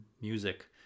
music